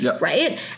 Right